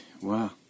wow